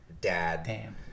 dad